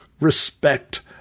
respect